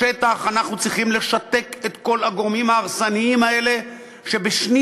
בשטח אנחנו צריכים לשתק את כל הגורמים ההרסניים האלה שבשניות,